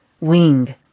Wing